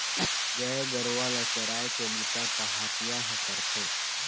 गाय गरूवा ल चराए के बूता पहाटिया ह करथे